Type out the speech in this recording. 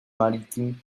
maritime